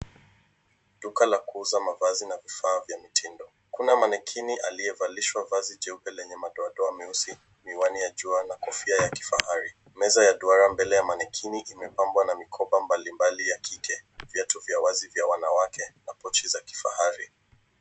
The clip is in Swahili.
Duka la kuuza mavazi na vifaa vya mitindo. Kuna manequinn aliyevalishwa vazi jeupe lenye madoadoa meusi, Miwani ya jua na kofia ya kifahari. Meza ya duara mbele ya manequinn Imepambwa na mikoba mbalimbali ya kike, viatu vya wazi vya wanawake na pochi za kifahari.